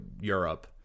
Europe